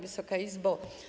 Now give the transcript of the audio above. Wysoka Izbo!